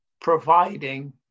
providing